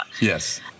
yes